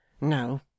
No